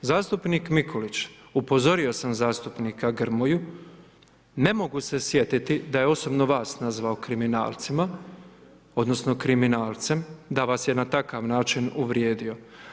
Zastupnik Mikulić, upozorio sam zastupnika Grmoju, ne mogu se sjetiti da je osobno vas nazvao kriminalcima, odnosno kriminalce, da vas je na takav način uvrijedio.